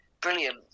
brilliant